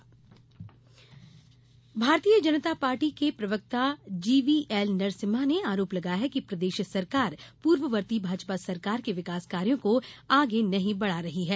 भाजपा आरोप भारतीय जनता पार्टी के प्रवक्ता जी वी एल नरसिम्हा ने आरोप लगाया है कि प्रदेश सरकार पूर्ववर्ती भाजपा सरकार के विकास कार्यों को आगे नहीं बढ़ा रही है